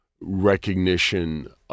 recognition